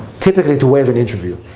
typically, to waive an interview?